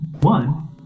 one